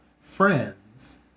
friends